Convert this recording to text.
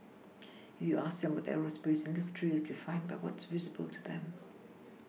if you ask them about the aerospace industry it's defined by what is visible to them